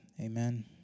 Amen